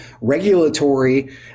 regulatory